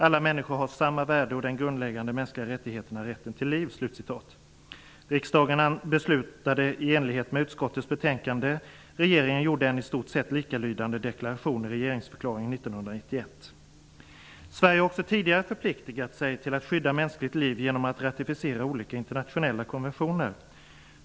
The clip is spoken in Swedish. Alla människor har samma värde och den grundläggande mänskliga rättigheten är rätten till liv''. Riksdagen beslutade i enlighet med utskottets betänkande. Regeringen gjorde en i stort sett likalydande deklaration i regeringsförklaringen Sverige har också tidigare förpliktigat sig till att skydda mänskligt liv genom att ratificera olika internationella konventioner.